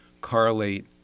correlate